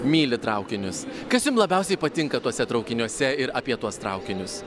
mylit traukinius kas jum labiausiai patinka tuose traukiniuose ir apie tuos traukinius